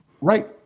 Right